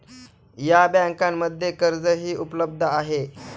या बँकांमध्ये कर्जही उपलब्ध आहे